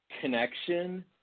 connection